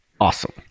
awesome